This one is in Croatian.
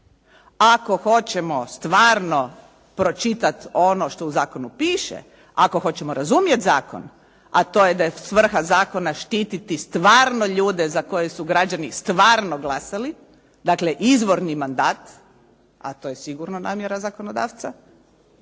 ako hoćemo stvarno pročitati ono što u zakonu piše, ako hoćemo razumjeti zakon, a to je da je svrha zakona štititi stvarno ljude za koje su građani stvarno glasali, dakle izvorni mandat, a to je sigurno namjera zakonodavca,